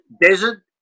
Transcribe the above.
desert